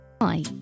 Hi